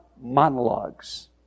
monologues